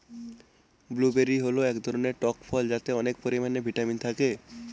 blueberry হল এক ধরনের টক ফল যাতে অনেক পরিমানে ভিটামিন থাকে